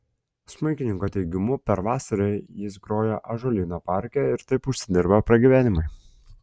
smuikininko teigimu per vasarą jis groja ąžuolyno parke ir taip užsidirba pragyvenimui